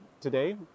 today